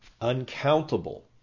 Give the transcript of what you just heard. Uncountable